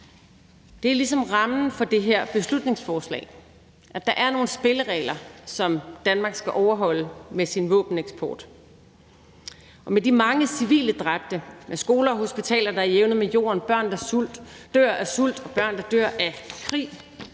Det er ligesom rammen for det her beslutningsforslag, at der er nogle spilleregler, som Danmark skal overholde med sin våbeneksport. Med de mange civile dræbte og skoler og hospitaler, der er jævnet med jorden, og børn, der dør af sult, og børn, der dør af krig,